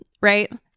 right